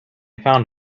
found